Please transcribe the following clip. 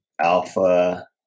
alpha